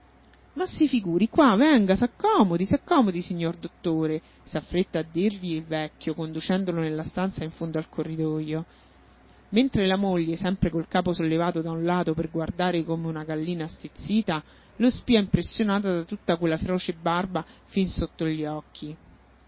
si figuri qua venga s'accomodi s'accomodi signor dottore s'affretta a dirgli il vecchio conducendolo nella stanza in fondo al corridojo mentre la moglie sempre col capo sollevato da un lato per guardare come una gallina stizzita lo spia impressionata da tutta quella feroce barba fin sotto gli occhi